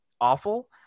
awful